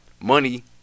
money